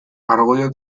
argudio